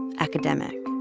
and academic.